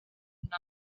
not